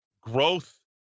growth